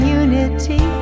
unity